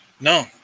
No